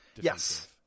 yes